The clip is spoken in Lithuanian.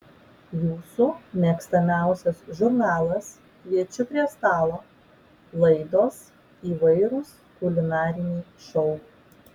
jūsų mėgstamiausias žurnalas kviečiu prie stalo laidos įvairūs kulinariniai šou